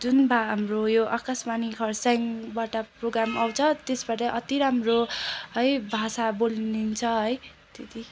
जुन हाम्रो यो आकाशवाणी खरसाङबाट प्रोग्राम आउँछ त्यसमा चाहिँ अति राम्रो भाषा है बोलिन्छ है त्यति